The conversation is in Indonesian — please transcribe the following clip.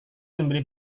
membeli